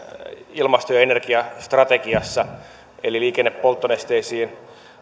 ilmasto ja energiastrategiassa eli liikennepolttonesteisiin